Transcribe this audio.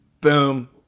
Boom